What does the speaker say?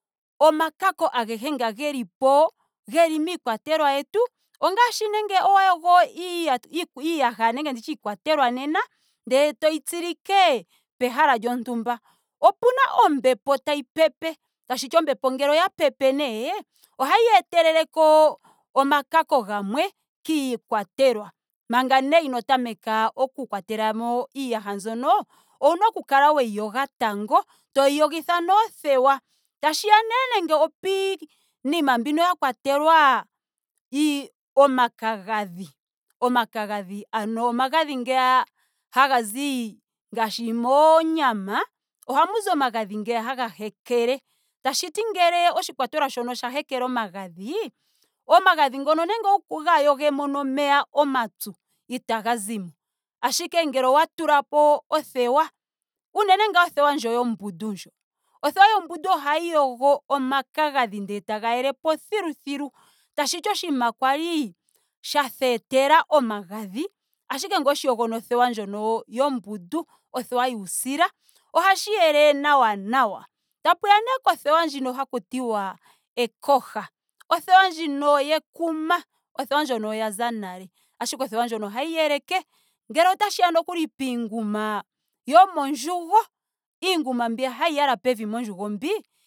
Omakako agehe nga geli gelipo. geli miikwatelwa yetu. ongaashi onenge owa yogo iiyaha nenge iikwatelwa nena. ndele taoyi tsikike pehala lyontumba opena ombepo tayi pepe. Tashiti ngele ombepo oya pepe nee ohayi eteleleko omakako gamwe kiikwatelwa. Manga inoo tameka oku kwatelamo iiyaha mbyono owuna oku kala weyi yoga tango. taoyi yogitha nee othewa. Tashiya nee nando okiinima mbi mwa kwatelwa ii- omakagadhi. omakagadhi ano omagadhi ngeya hagazi ngaashi moonyama ohamu zi omagadhi ngeya haga hekele. Tashiti oshikwatelwa shono ngele osha hekela omagadhi. omagadhi ngono nenge owuga yogemo nomeya omapyu. itaga zimo. Ashike ngele owa tulapo othewa. unene ngaa othewa ndjo yombundu ndjo. othewa yombundu hayi yogo po omakagadhi ndele etaga yelepo thilu thilu. Tashiti oshinima kwali sha theetela omagadhi ashike ngele oweshi yogo nothewa ndjono yombundu. othewa yuusila ohashi yele nawa nawa. Takuya kothewa ndjono haku tiwa ekoha. othewa ndjino yekuma. othewa ndjono oya za nale. ashike othewa ndjono ohayi yeleke ngele otashiya nokuli piinguma yomondjugo iinguma mbiya hayi yala pevi mondjugo mbii